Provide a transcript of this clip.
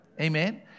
Amen